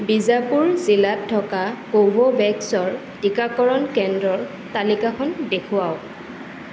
বিজাপুৰ জিলাত থকা কোভোভেক্সৰ টিকাকৰণ কেন্দ্ৰৰ তালিকাখন দেখুৱাওক